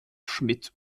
schmitt